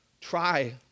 try